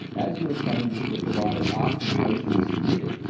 as your changes were provided after the motion was submitted,